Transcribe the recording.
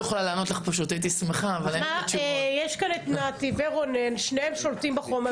יש כאן את נתי ורונן ששולטים בחומר.